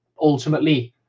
ultimately